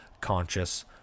conscious